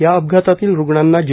या अपघातातील रूग्णांना जे